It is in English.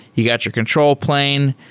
you got your control plane,